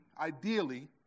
ideally